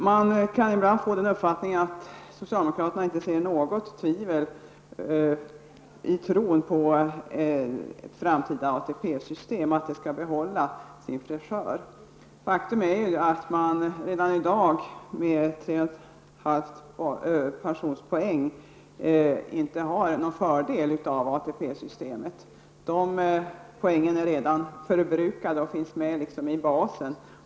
Man kan ibland få den uppfattningen att socialdemokraterna inte tvivlar i tron på att ett framtida ATP-system skall behålla sin fräschör. Faktum är att man redan i dag med 3,5 pensionspoäng inte har någon fördel av ATP systemet. Dessa poäng är redan förbrukade och finns med i basen.